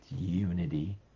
unity